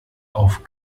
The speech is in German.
auf